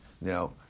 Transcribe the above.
Now